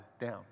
down